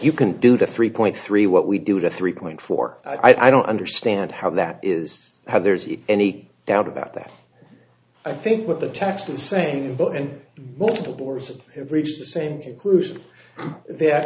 you can do the three point three what we do to three point four i don't understand how that is how there's any doubt about that i think what the text the same book and multiple bores have reached the same conclusion that